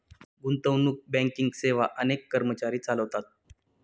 गुंतवणूक बँकिंग सेवा अनेक कर्मचारी चालवतात